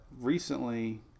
recently